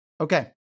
Okay